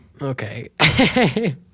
Okay